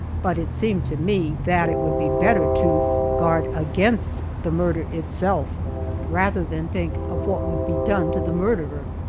but it seemed to me that it would be better to guard against the murder itself rather than think of what would be done to the murderer.